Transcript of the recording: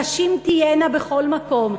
נשים תהיינה בכל מקום.